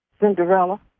Cinderella